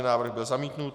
Návrh byl zamítnut.